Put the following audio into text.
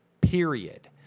Period